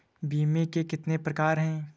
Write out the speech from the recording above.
बीमे के कितने प्रकार हैं?